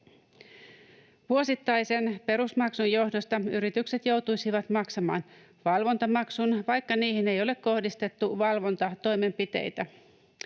Vuosittaisen perusmaksun johdosta yritykset joutuisivat maksamaan valvontamaksun, vaikka niihin ei ole kohdistettu valvontatoimenpiteitä.